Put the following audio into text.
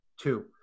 two